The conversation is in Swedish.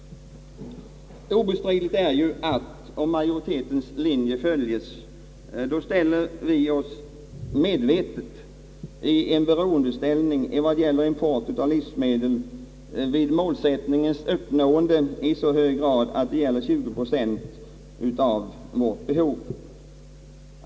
Obestridligt är ju att om majoritetens linje följes, vi då medvetet ställer oss i en beroendeställning i vad gäller import av livsmedel, vid målsättningens uppnående i så hög grad att 20 procent av behovet måste importeras.